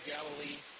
Galilee